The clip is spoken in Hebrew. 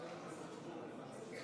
53